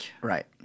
Right